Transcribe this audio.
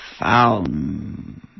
found